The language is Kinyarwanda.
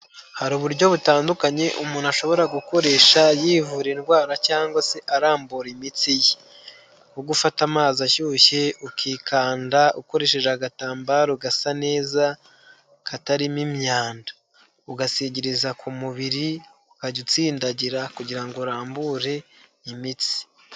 Hari uburyo butandukanye umuntu ashobora gukoresha yivura indwara cyangwa se arambura imitsi ye nko kugufata amazi ashyushye ukikanda ukoresheje agatambaro gasa neza katarimo imyanda ugasigiriza ku mubiri ukajya utsindagira kugira ngo urambure imitsi.